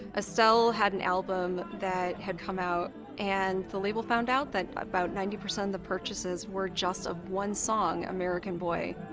estelle had an album that had come out and the label found out that about ninety percent of the purchases were just a one song, american boy.